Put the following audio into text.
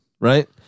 Right